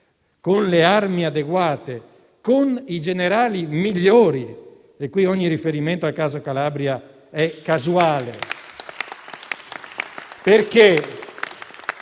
con le armi adeguate e con i generali migliori (e qui ogni riferimento al caso Calabria è casuale).